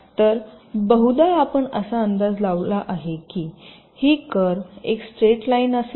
तर बहुधा आपण असा अंदाज लावला आहे की ही कर्व एक स्ट्रेट लाईन असेल